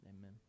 Amen